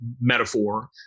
metaphor